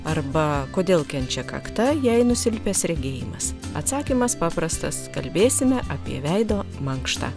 arba kodėl kenčia kakta jei nusilpęs regėjimas atsakymas paprastas kalbėsime apie veido mankštą